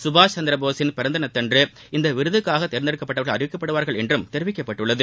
சுபாஷ்சந்திரபோஸின் இந்த விருதுக்காக தேர்ந்தெடுக்கப்பட்டவர்கள் அறிவிக்கப்படுவார்கள் என்று தெரிவிக்கப்பட்டுள்ளது